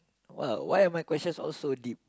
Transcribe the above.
!wow! why are my question all so deep